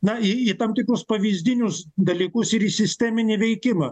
na į į tam tikrus pavyzdinius dalykus ir į sisteminį veikimą